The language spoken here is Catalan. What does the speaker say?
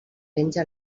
penja